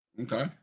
okay